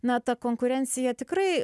na ta konkurencija tikrai